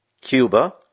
Cuba